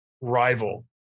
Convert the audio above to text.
rival